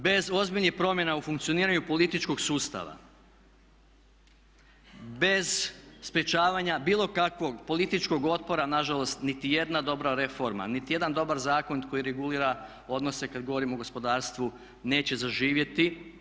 Bez ozbiljnih promjena u funkcioniranju političkog sustava, bez sprječavanja bilo kakvog političkog otpora na žalost niti jedna dobra reforma, niti jedan dobar zakon koji regulira odnose kad govorimo o gospodarstvu neće zaživjeti.